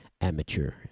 amateur